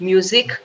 Music